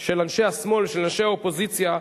של אנשי השמאל, של אנשי האופוזיציה,